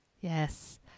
Yes